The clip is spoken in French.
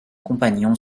compagnon